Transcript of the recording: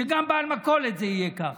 שגם לבעל מכולת זה יהיה כך.